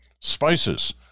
Spices